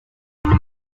boats